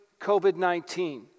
COVID-19